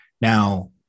Now